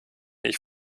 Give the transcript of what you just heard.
ich